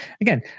again